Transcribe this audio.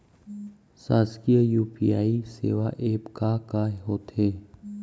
शासकीय यू.पी.आई सेवा एप का का होथे?